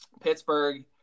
pittsburgh